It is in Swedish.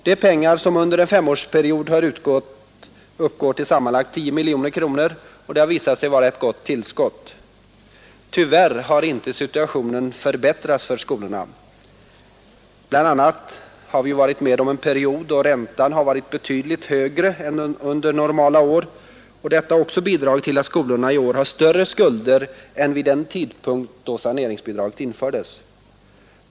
De pengar som utgått under en femårsperiod, sammanlagt 10 miljoner kronor, har visat sig vara ett gott tillskott. Tyvärr har situationen inte förbättrats för skolorna. Bl. a. har vi ju varit med om en period då räntan varit betydligt högre än under normala år, och detta har också bidragit till att skolorna i år har större skulder än vid den tidpunkt då saneringsbidraget infördes.